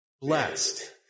Blessed